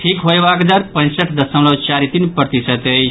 ठीक होयबाक दर पैंसठ दशमलव चारि तीन प्रतिशत अछि